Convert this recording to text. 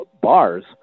bars